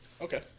Okay